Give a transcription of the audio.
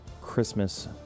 Christmas